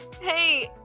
Hey